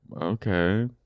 okay